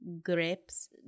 grapes